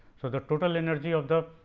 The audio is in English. so, the total energy of the